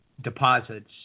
deposits